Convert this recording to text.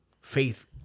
faith